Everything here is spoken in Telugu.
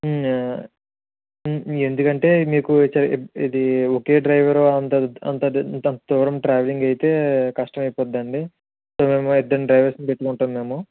ఎందుకంటే మీకు ఇది ఒకే డ్రైవరు అంత అంత అంతంత దూరం ట్రావలింగ్ అయితే కష్టమైపోదండి సో మేము ఇద్దరి డ్రైవర్లను పెట్టుకుంటాం మేము